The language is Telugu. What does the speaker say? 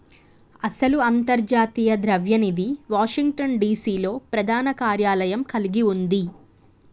అసలు అంతర్జాతీయ ద్రవ్య నిధి వాషింగ్టన్ డిసి లో ప్రధాన కార్యాలయం కలిగి ఉంది